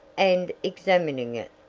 and examining it.